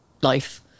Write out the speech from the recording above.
life